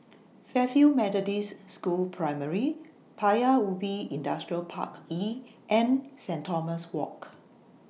Fairfield Methodist School Primary Paya Ubi Industrial Park E and Saint Thomas Walk